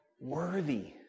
worthy